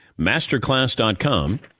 Masterclass.com